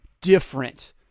different